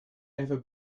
ever